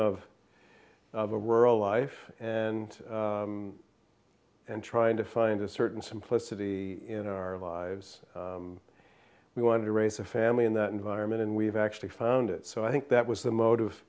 dream of the rural life and and trying to find a certain simplicity in our lives we wanted to raise a family in that environment and we've actually found it so i think that was the motive